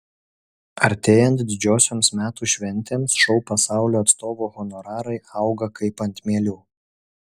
artėjant didžiosioms metų šventėms šou pasaulio atstovų honorarai auga kaip ant mielių